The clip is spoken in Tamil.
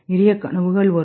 நிறையக் கனவுகள் வரும்